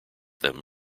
them